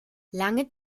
lange